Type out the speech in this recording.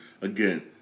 again